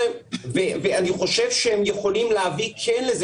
ואני חושב שהם יכולים כן להביא לזה